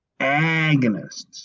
agonists